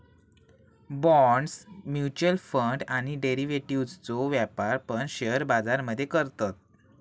bonds, mutual fund आणि डेरिव्हेटिव्ह्जचो व्यापार पण शेअर बाजार मध्ये करतत